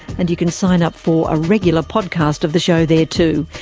and you can sign up for a regular podcast of the show there too,